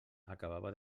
acabava